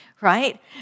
right